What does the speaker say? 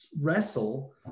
wrestle